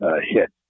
hit